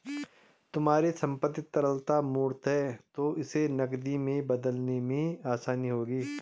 तुम्हारी संपत्ति तरलता मूर्त है तो इसे नकदी में बदलने में आसानी होगी